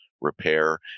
repair